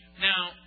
Now